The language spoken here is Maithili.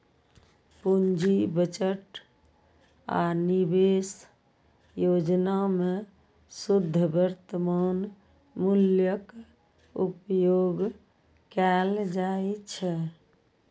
पूंजी बजट आ निवेश योजना मे शुद्ध वर्तमान मूल्यक उपयोग कैल जाइ छै